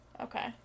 Okay